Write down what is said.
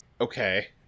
Okay